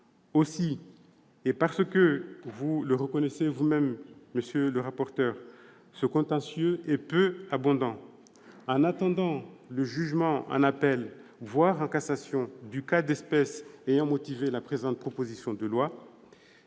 Aussi, et parce que vous le reconnaissez vous-même monsieur le rapporteur, ce contentieux est peu abondant, en attendant le jugement en appel, voire en cassation, du cas d'espèce ayant motivé la proposition de loi,